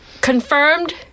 confirmed